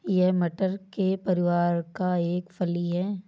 यह मटर के परिवार का एक फली है